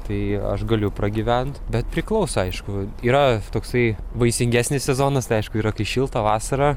tai aš galiu pragyvent bet priklauso aišku yra toksai vaisingesnis sezonas tai aišku yra kai šilta vasara